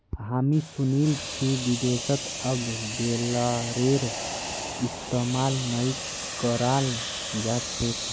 हामी सुनील छि विदेशत अब बेलरेर इस्तमाल नइ कराल जा छेक